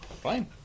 Fine